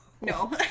no